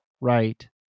right